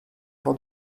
for